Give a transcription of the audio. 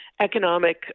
economic